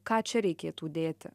ką čia reikėtų dėti